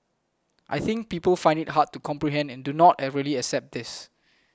I think people find it hard to comprehend do not really accept this